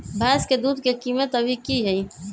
भैंस के दूध के कीमत अभी की हई?